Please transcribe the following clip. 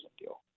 deal